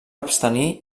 abstenir